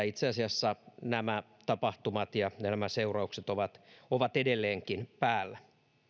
itse asiassa nämä tapahtumat ja nämä seuraukset ovat ovat edelleenkin päällä